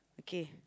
okay